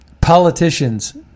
politicians